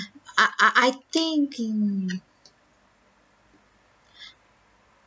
I I I thinking